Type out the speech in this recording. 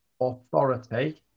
authority